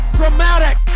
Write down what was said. dramatic